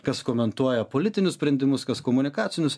kas komentuoja politinius sprendimus kas komunikacinius